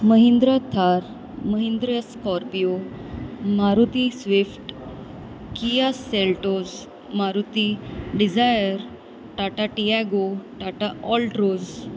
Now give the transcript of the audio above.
Mahindra Thar Mahindra Scorpio Maruti Swift Kia Seltos Maruti Dzire Tata Tiago Tata Altroz